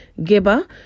GIBA